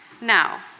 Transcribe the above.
Now